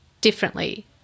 differently